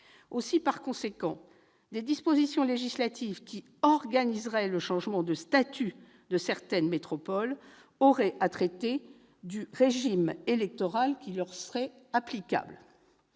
élu. Par conséquent, des dispositions législatives qui organiseraient le changement de statut de certaines métropoles auraient à traiter du régime électoral qui leur serait applicable.